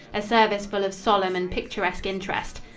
a service full of solemn and picturesque interest.